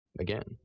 again,